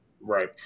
Right